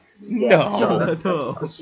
No